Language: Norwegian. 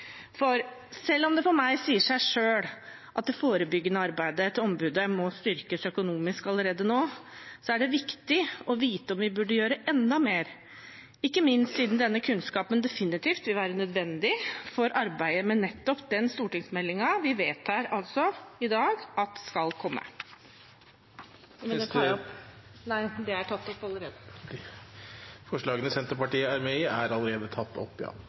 For selv om det for meg sier seg selv at det forebyggende arbeidet til ombudet må styrkes økonomisk allerede nå, er det viktig å vite om vi burde gjøre enda mer, ikke minst siden denne kunnskapen definitivt vil være nødvendig for arbeidet med nettopp den stortingsmeldingen vi altså i dag vedtar skal komme. Metoo har vært en samfunnsrevolusjon. Det var på høy tid, for mange har i lang tid varslet om seksuell trakassering, men det var først med